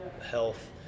health